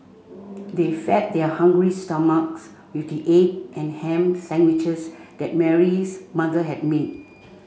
they fed their hungry stomachs with the egg and ham sandwiches that Mary' s mother had made